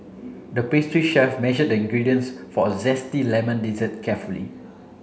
the pastry chef measured the ingredients for a zesty lemon dessert carefully